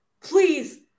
please